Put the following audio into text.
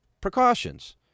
precautions